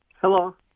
Hello